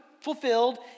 fulfilled